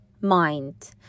mind